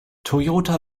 toyota